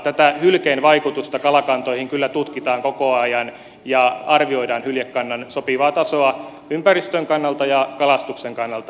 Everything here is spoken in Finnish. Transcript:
tätä hylkeen vaikutusta kalakantoihin kyllä tutkitaan koko ajan ja arvioidaan hyljekannan sopivaa tasoa ympäristön kannalta ja kalastuksen kannalta